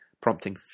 prompting